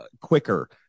quicker